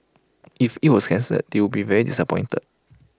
if IT was cancelled they would be very disappointed